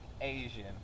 Asian